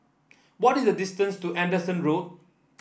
what is the distance to Anderson Road